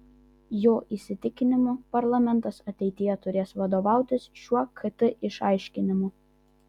jo įsitikinimu parlamentas ateityje turės vadovautis šiuo kt išaiškinimu